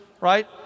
right